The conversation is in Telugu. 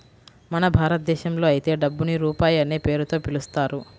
మన భారతదేశంలో అయితే డబ్బుని రూపాయి అనే పేరుతో పిలుస్తారు